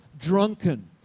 drunken